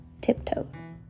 tiptoes